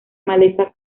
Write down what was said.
maleza